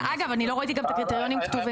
אגב, אני לא ראיתי גם את הקריטריונים כתובים.